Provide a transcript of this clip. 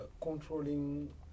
controlling